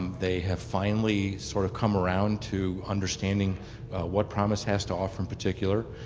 they have fine willly sort of come around to understanding what promis has to offer in particular,